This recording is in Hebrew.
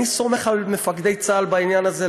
אני סומך על מפקדי צה"ל בעניין הזה,